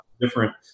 different